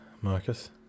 Marcus